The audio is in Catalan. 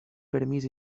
permís